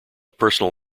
personal